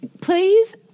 Please